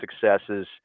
successes